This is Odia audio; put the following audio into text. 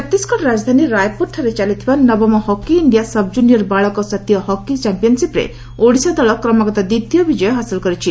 ଛତିଶଗଡ଼ ରାଜଧାନୀ ରାୟପୁରରେ ଚାଲିଥିବା ନବମ ହକି ଇ ସବ୍କୁନିୟର୍ ବାଳକ କାତୀୟ ହକି ଚାମ୍ପିୟନ୍ସିପ୍ରେ ଓଡ଼ିଶା ଦଳ କ୍ମାଗତ ଦ୍ୱିତୀୟ ବିଜୟ ହାସଲ କରିଛି